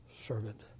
Servant